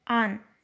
on